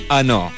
ano